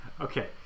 okay